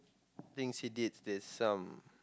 things he did there's some